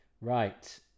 Right